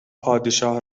پادشاه